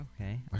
Okay